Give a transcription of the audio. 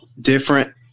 different